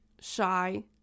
shy